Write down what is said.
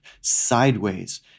sideways